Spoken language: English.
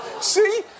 See